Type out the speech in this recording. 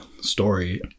story